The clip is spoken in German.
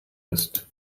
ist